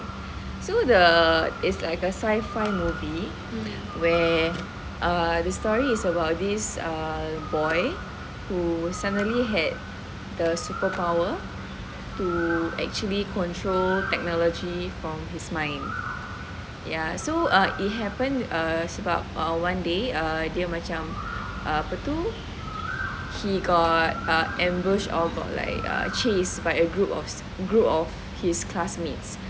so the is like a sci-fi movie where err the story is about this err boy who suddenly had the superpower to actually control technology from his mind ya ya so err it happened err sebab one day dia macam apa tu he got ambushed or got chased by a group of his classmates